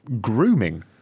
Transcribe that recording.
grooming